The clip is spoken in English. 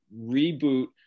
reboot